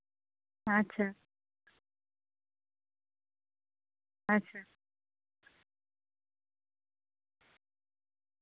अच्छा